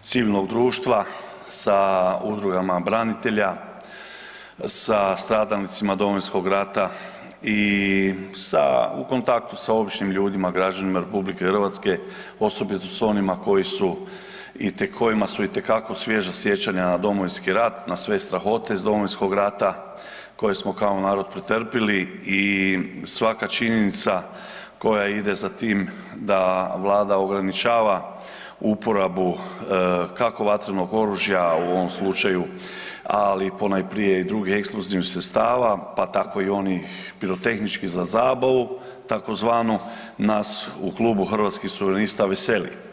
civilnog društva, sa udrugama branitelja, sa stradalnicima Domovinskog rata i sa, u kontaktu sa običnim ljudima, građanima RH, osobito sa onima koji su, kojima su itekako svježa sjećanja na Domovinski rat, na sve strahote iz Domovinskog rata koje smo kao narod pretrpjeli i svaka činjenica koja ide za tim da vlada ograničava uporabu kako vatrenog oružja u ovom slučaju, ali ponajprije i drugih eksplozivnih sredstava, pa tako i onih pirotehničkih za zabavu tzv. nas u Klubu Hrvatskih suverenista veseli.